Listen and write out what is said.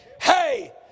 Hey